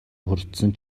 хүртсэн